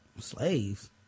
slaves